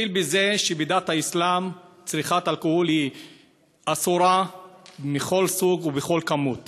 נתחיל מזה שבדת האסלאם צריכת אלכוהול מכל סוג ובכל כמות